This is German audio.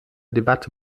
debatte